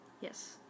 Yes